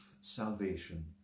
salvation